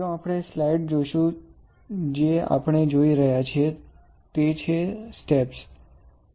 જો આપણે સ્લાઇડ જોશું જે આપણે જોઈ રહ્યા છીએ તે છે સ્ટેપ I